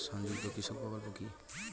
সংযুক্ত কৃষক প্রকল্প কি?